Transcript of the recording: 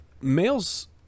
males